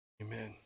amen